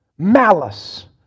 Malice